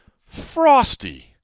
FROSTY